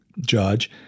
judge